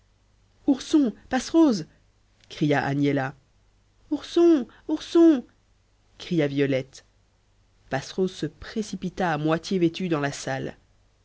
ourson passerose cria agnella ourson ourson cria violette passerose se précipita à moitié vêtue dans la salle